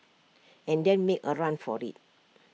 and then make A run for IT